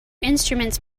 instruments